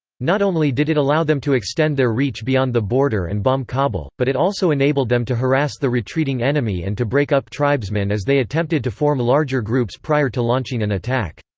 not only did it allow them to extend their reach beyond the border and bomb kabul, but it also enabled them to harass the retreating enemy and to break up tribesmen as they attempted to form larger groups prior to launching an attack.